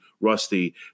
rusty